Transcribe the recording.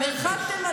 חלאס, די,